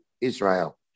Israel